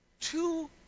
two